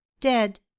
dead